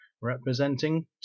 representing